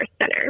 center